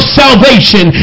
salvation